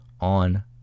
on